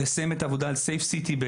לסיים את העבודה על ׳Safe city׳,